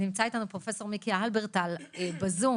נמצא אתנו פרופ' מיקי הלברטל בזום.